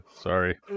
sorry